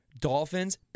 dolphins